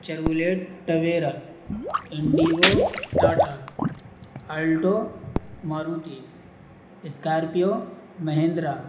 Chevrolet Tavera Indigo Tata الڈو Maruti Scorpio Mahindra